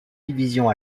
division